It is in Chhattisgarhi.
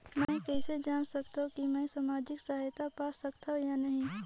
मै कइसे जान सकथव कि मैं समाजिक सहायता पा सकथव या नहीं?